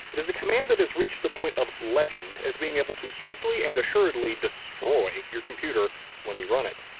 it is a command that has reached the point of legend as being able to swiftly and assuredly destroy your computer when you run it.